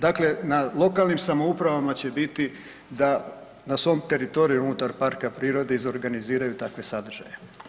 Dakle, na lokalnim samouprava će biti da na svom teritoriju unutar parka prirode izorganiziraju takve sadržaje.